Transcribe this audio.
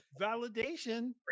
validation